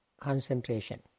concentration